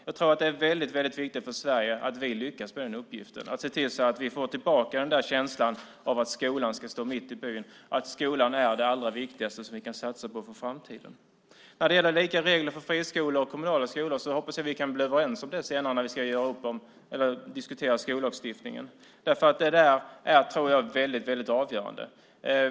Jag tror att det är viktigt för Sverige att vi lyckas med den uppgiften. Vi måste se till att vi får tillbaka känslan av att skolan står mitt i byn och att skolan är det allra viktigaste vi kan satsa på för framtiden. När det gäller lika regler för friskolor och kommunala skolor hoppas jag att vi kan bli överens senare när vi ska diskutera skollagstiftningen. Det är avgörande.